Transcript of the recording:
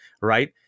right